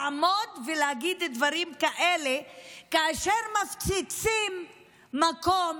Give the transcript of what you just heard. לעמוד ולהגיד דברים כאלה כאשר מפציצים מקום